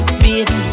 baby